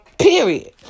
Period